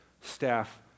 staff